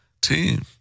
team